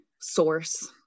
source